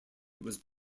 was